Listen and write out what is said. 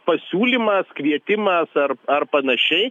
pasiūlymas kvietimas ar ar panašiai